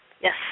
Yes